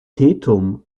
tetum